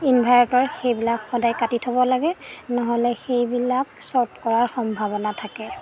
inverter সেইবিলাক সদায় কাটি থ'ব লাগে নহ'লে সেইবিলাক চৰ্ট কৰাৰ সম্ভাৱনা থাকে